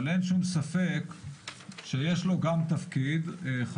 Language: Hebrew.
אבל אין שום ספק שיש לו גם תפקיד חשוב,